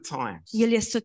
times